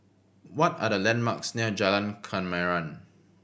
what are the landmarks near Jalan Kemaman